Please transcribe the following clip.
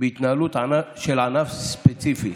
בהתנהלות של ענף ספציפי.